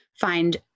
find